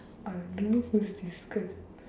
don't know who is this girl